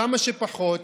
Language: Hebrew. כמה שפחות,